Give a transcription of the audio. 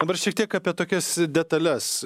dabar šiek tiek apie tokias detales